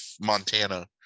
montana